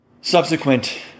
subsequent